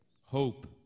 hope